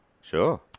Sure